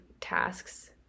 tasks